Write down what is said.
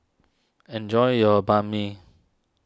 enjoy your Banh Mi